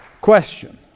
Question